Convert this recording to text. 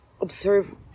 observe